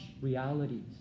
realities